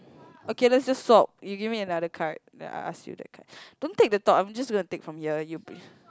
okay let's just swop you give me another card then I ask you that card don't take the top I'm just gonna take from here you